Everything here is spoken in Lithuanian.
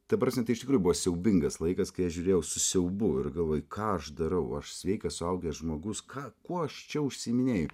ta prasme tai iš tikrųjų buvo siaubingas laikas kai aš žiūrėjau su siaubu ir galvojau ką aš darau aš sveikas suaugęs žmogus ką kuo aš čia užsiiminėju